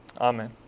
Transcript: Amen